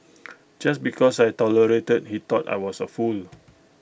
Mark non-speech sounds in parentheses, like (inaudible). (noise) just because I tolerated he thought I was A fool